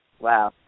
wow